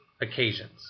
occasions